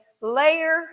layer